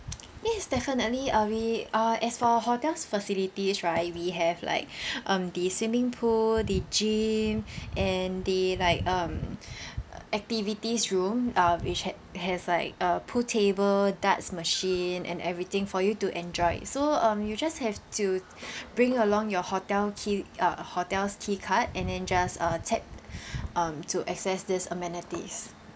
yes definitely uh we uh as for hotel's facilities right we have like um the swimming pool the gym and there like um uh activities room uh which had has like uh pool table darts machine and everything for you to enjoy so um you just have to bring along your hotel key uh hotel's key card and then just uh tap um to access this amenities